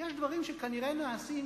יש דברים שכנראה נעשים,